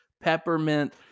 Peppermint